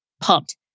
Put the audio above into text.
pumped